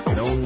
no